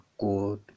good